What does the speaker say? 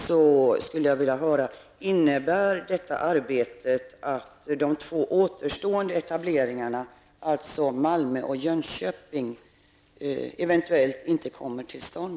Skall de återstående etableringarna, dvs. i Malmö och Jönköping, eventuellt inte komma till stånd?